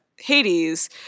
Hades